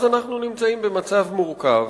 אז אנחנו נמצאים במצב מורכב,